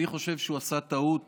אני חושב שהוא עשה טעות